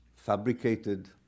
fabricated